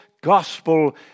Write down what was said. gospel